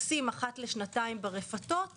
לרפתות